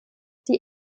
die